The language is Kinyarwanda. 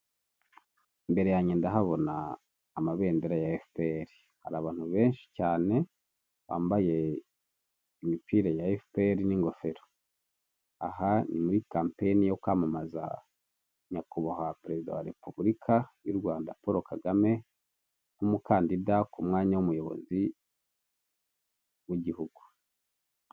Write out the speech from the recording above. Imbere yanjye ndahabona amabendera ya FPR hari abantu benshi cyane bambaye imipira ya FPR n'ingofero. Aha ni muri kampeni yo kwamamaza nyakubahwa perezida wa repubulika y'u Rwanda Paul Kagame nk'umukandida ku mwanya w'umuyobozi w'igihugu.